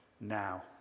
now